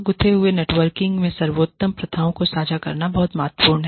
गूथे हुए नेटवर्क में सर्वोत्तम प्रथाओं को साझा करना बहुत महत्वपूर्ण है